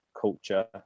culture